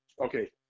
okay